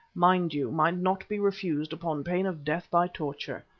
mind you, might not be refused upon pain of death by torture.